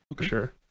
sure